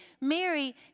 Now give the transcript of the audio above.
Mary